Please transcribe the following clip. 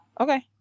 Okay